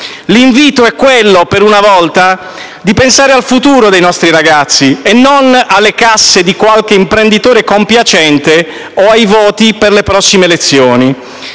L'invito è quello - per una volta - di pensare al futuro dei nostri ragazzi e non alle casse di qualche imprenditore compiacente o ai voti per le prossime elezioni.